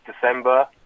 December